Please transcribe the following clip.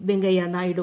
Venkaiah Naidu